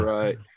Right